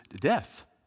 death